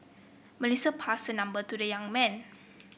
Melissa passed her number to the young man